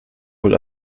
wohl